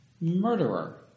Murderer